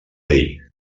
dei